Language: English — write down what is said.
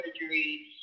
surgery